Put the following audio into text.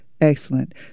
Excellent